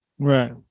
Right